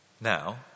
Now